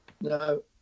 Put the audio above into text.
No